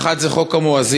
האחד זה חוק המואזין,